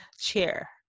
chair